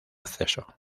acceso